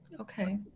Okay